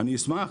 אני אשמח.